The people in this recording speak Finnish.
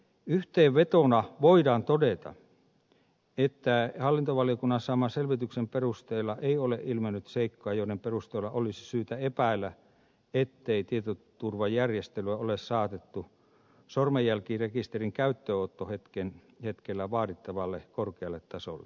yhteenvetona voidaan todeta että hallintovaliokunnan saaman selvityksen perusteella ei ole ilmennyt seikkoja joiden perusteella olisi syytä epäillä ettei tietoturvajärjestelyä ole saatettu sormenjälkirekisterin käyttöönottohetkellä vaadittavalle korkealle tasolle